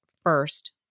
first